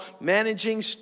managing